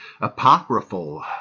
apocryphal